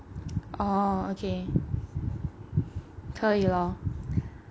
orh okay 可以 lor